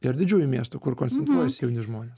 ir didžiųjų miestų kur koncentruojasi jauni žmonės